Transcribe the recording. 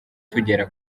tugera